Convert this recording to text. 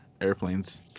airplanes